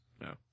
No